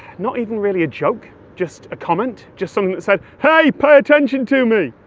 not even really a joke, just a comment, just something that said hey, pay attention to me!